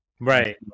Right